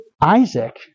Isaac